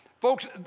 Folks